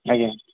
ଆଜ୍ଞା